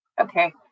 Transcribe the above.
Okay